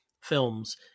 films